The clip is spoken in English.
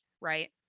Right